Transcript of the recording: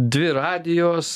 dvi radijos